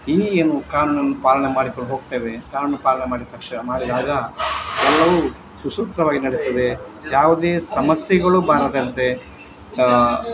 ಈ ಏನು ಕಾನೂನನ್ನು ಪಾಲನೆ ಮಾಡಿಕೊಂಡು ಹೋಗ್ತೇವೆ ಕಾನೂನು ಪಾಲನೆ ಮಾಡಿದ ತಕ್ಷಣ ಮಾಡಿದಾಗ ಎಲ್ಲವೂ ಸುಸೂತ್ರವಾಗಿ ನಡೀತದೆ ಯಾವುದೇ ಸಮಸ್ಯೆಗಳು ಬಾರದಂತೆ